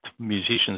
musicians